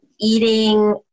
eating